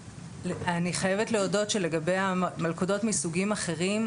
אני חייבת להודות שלגבי מלכודות מסוגים אחרים,